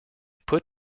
put